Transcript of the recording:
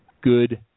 good